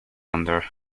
under